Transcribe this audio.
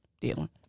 dealing